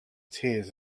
tears